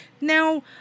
now